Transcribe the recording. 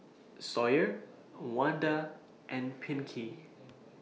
Sawyer Wanda and Pinkney